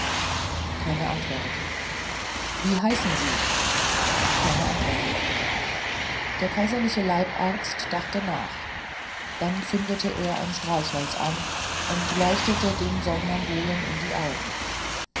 keine antwort wie heißen sie keine antwort der kaiserliche leibarzt dachte nach dann zündete er ein streichholz an und leuchtete dem somnambulen in die augen